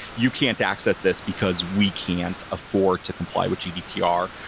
you can't access this because we can't afford to comply with gdpr,